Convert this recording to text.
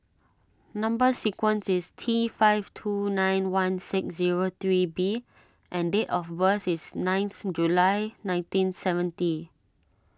Number Sequence is T five two nine one six zero three B and date of birth is ninth July nineteen seventy